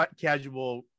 casual